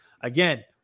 Again